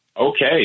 Okay